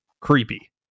creepy